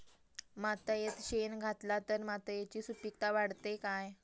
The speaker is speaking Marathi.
मातयेत शेण घातला तर मातयेची सुपीकता वाढते काय?